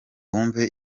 wumve